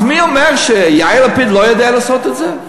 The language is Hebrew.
אז מי אומר שיאיר לפיד לא יודע לעשות את זה?